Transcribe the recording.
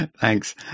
thanks